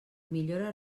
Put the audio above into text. millora